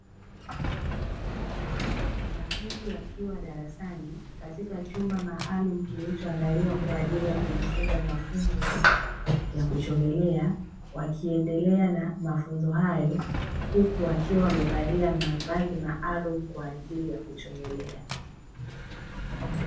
Wanafunzi wakiwa darasani katika chumba maalum kilichoandaliwa kwa ajili ya kujifunza mafunzo ya kuchomelea, wakiendelea na mafunzo hayo huku wakiwa wamevalia mavazi maalum kwa ajili ya kuchomelea.